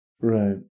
Right